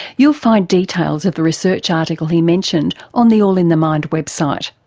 you'll find details of the research article he mentioned on the all in the mind website.